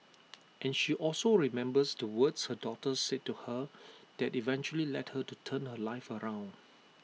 and she also remembers the words her daughter said to her that eventually led her to turn her life around